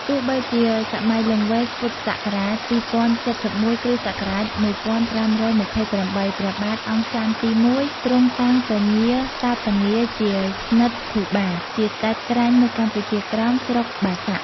ទោះបីជា សម័យលង្វែក ព.ស ២០៧១ គ.ស ១៥២៨ ព្រះបាទអង្គចន្ទទី១ ទ្រង់តាំងពញាតាតងារជាស្និទ្ធិភូបា ជាស្តេចក្រាញ់នៅកម្ពុជាក្រោម ស្រុក បាសាក់។